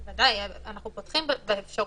ודאי, אנחנו פותחים באפשרויות,